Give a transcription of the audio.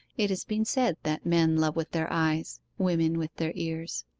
it has been said that men love with their eyes women with their ears.